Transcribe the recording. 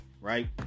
right